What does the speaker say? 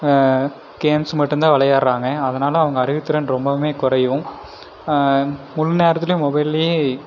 games மட்டும் தான் விளையாட்றாங்க அதனால் அவங்க அறிவுத் திறன் ரொம்பவுமே குறையும் முழு நேரத்துலையும் மொபைல்லையே